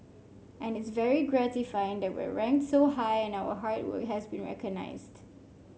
and it's very gratifying that we are ranked so high and our hard work has been recognised